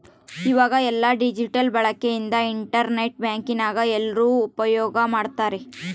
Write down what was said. ಈವಾಗ ಎಲ್ಲ ಡಿಜಿಟಲ್ ಬಳಕೆ ಇಂದ ಇಂಟರ್ ನೆಟ್ ಬ್ಯಾಂಕಿಂಗ್ ಎಲ್ರೂ ಉಪ್ಯೋಗ್ ಮಾಡ್ತಾರ